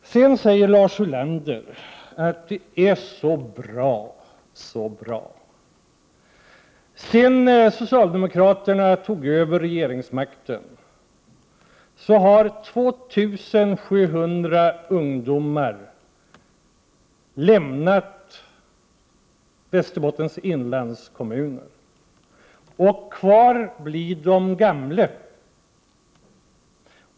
Lars Ulander säger att det är så bra så bra. Men efter det att socialdemokraterna tog över regeringsmakten har 2 700 ungdomar lämnat Västerbottens inlandskommuner. Kvar blir de gamla.